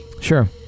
Sure